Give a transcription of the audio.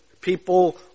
people